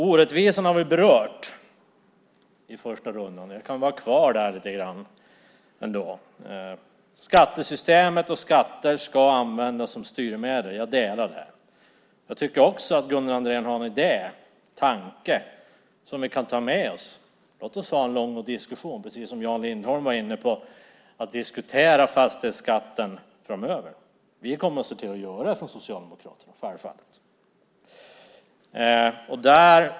Orättvisorna har vi berört, men jag vill stanna kvar där lite grann. Skatter ska användas som styrmedel, jag delar den uppfattningen. Jag tycker också att Gunnar Andrén förde fram en tanke som vi kan ta med oss. Låt oss ha en lång diskussion, precis som Jan Lindholm var inne på, om fastighetsskatten framöver. Vi kommer att se till att göra det från Socialdemokraterna i alla fall.